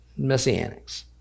Messianics